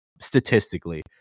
statistically